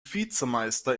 vizemeister